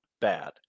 bad